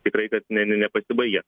tikrai kad ne ne ne nepasibaigė